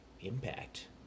impact